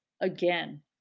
again